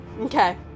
okay